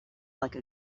like